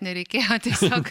nereikėjo tiesiog